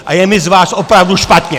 A je mi z vás opravdu špatně!